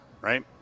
right